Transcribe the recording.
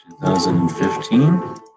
2015